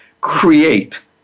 create